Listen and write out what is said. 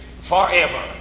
forever